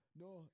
No